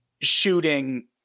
shooting